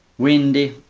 windy,